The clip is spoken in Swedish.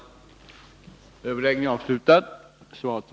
att registrera kemiska medel